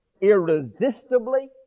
irresistibly